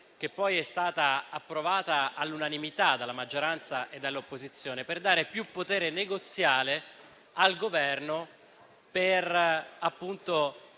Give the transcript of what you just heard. che poi è stata approvata all'unanimità dalla maggioranza e dall'opposizione, per dare più potere negoziale al Governo,